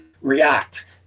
react